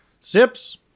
Sips